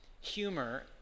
humor